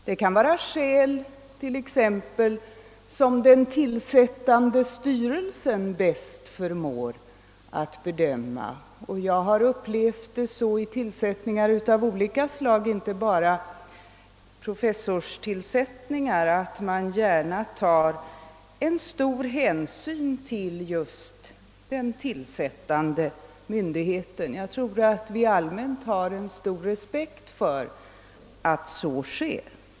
Det kan gälla skäl som den tillsättande styrelsen bäst förmår bedöma. Jag har upplevt vid tillsättningar av olika slag — inte bara professorstillsättningar — att man tar stor hänsyn till den tillsättande myndigheten, och jag tror att vi allmänt har stor respekt för att så sker.